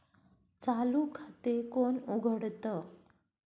चालू खाते कोण उघडतं?